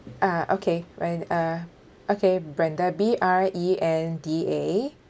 uh okay when uh okay brenda B R E N D A